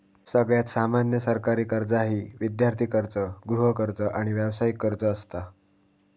सगळ्यात सामान्य सरकारी कर्जा ही विद्यार्थी कर्ज, गृहकर्ज, आणि व्यावसायिक कर्ज असता